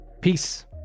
Peace